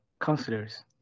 counselors